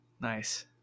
Nice